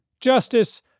justice